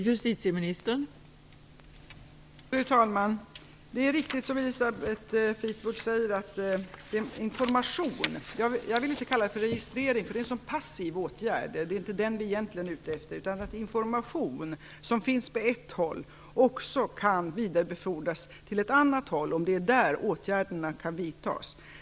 Fru talman! Det är riktigt som Elisabeth Fleetwood säger att den information - jag vill inte kalla det för registrering för det är en så passiv åtgärd och egentligen inte det vi är ute efter - som finns på ett håll också skall kunna vidarebefordras dit åtgärderna kan vidtas.